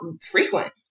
frequent